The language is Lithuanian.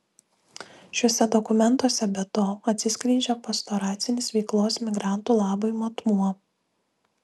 šiuose dokumentuose be to atsiskleidžia pastoracinis veiklos migrantų labui matmuo